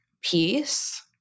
peace